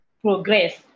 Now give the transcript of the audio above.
progress